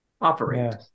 operate